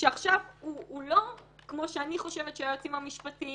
שעכשיו לא כמו שאני חושבת שהיועצים המשפטיים